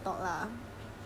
no but we never talk [what]